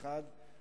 האחד,